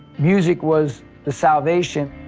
music was the salvation.